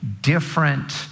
different